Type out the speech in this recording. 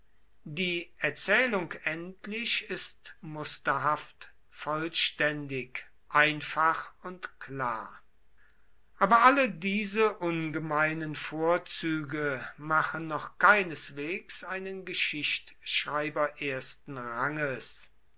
die erzählung endlich ist musterhaft vollständig einfach und klar aber alle diese ungemeinen vorzüge machen noch keineswegs einen geschichtschreiber ersten ranges